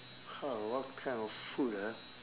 !huh! what kind of food ah